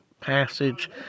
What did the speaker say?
passage